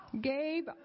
Gabe